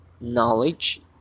knowledge